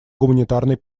гуманитарной